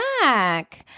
back